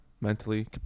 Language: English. Mentally